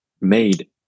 made